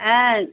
ஆ